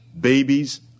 babies